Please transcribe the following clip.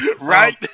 Right